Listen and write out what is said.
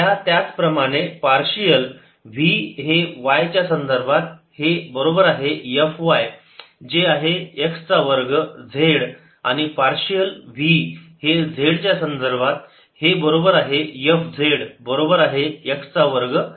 त्या त्याचप्रमाणे partial v हे y च्या संदर्भात हे बरोबर आहे F y जे आहे x चा वर्ग z आणि पार्शियल v हे z च्या संदर्भात हे बरोबर आहे F z बरोबर आहे x चा वर्ग y